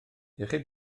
iechyd